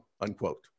unquote